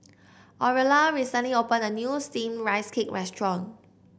Aurilla recently opened a new steamed Rice Cake restaurant